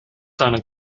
seiner